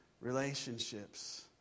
relationships